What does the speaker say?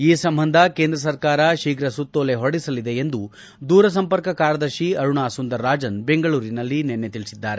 ಈ ಸಂಬಂಧ ಕೇಂದ್ರ ಸರ್ಕಾರ ಶೀಘ್ರ ಸುತ್ತೋಲೆ ಹೊರಡಿಸಲಿದೆ ಎಂದು ದೂರಸಂಪರ್ಕ ಕಾರ್ಯದರ್ಶಿ ಅರುಣಾ ಸುಂದರರಾಜನ್ ಬೆಂಗಳೂರಿನಲ್ಲಿ ನಿನ್ನೆ ತಿಳಿಸಿದ್ದಾರೆ